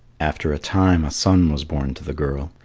after a time a son was born to the girl,